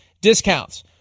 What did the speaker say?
discounts